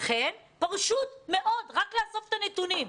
לכן פשוט מאוד רק לאסוף את הנתונים.